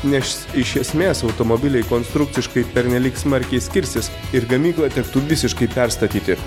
nes iš esmės automobiliai konstrukciškai pernelyg smarkiai skirsis ir gamyklą tektų visiškai perstatyti